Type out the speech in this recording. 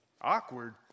Awkward